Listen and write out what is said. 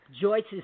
Joyce's